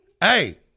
hey